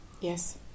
Yes